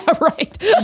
Right